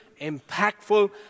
impactful